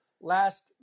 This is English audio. last